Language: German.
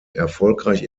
erfolgreich